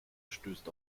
stößt